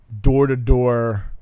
door-to-door